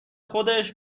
خودش